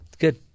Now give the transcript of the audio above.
Good